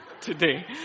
today